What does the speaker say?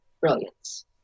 brilliance